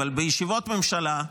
אבל בישיבות ממשלה,